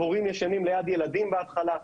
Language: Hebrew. הורים ישנים ליד ילדים בהתחלה.